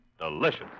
Delicious